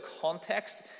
context